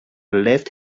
left